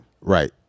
right